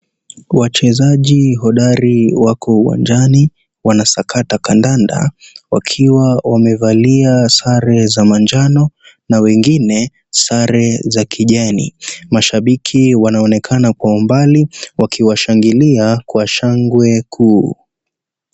Wachezaji hodari wako uwanjani wanasakata kandanda wakiwa wamevalia sare za manjano na wengine sare za kijani. Mashabiki wanaonekana kwa umbali wakiwashangilia kwa shangwe kuu.